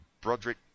Broderick